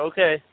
Okay